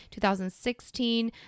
2016